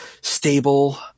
stable